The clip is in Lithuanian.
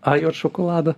ajot šokolado